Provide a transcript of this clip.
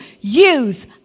Use